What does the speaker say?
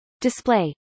display